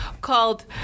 called